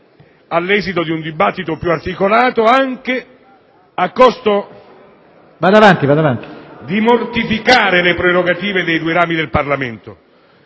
all'esito di un dibattito più articolato, anche a costo di mortificare le prerogative dei due rami del Parlamento.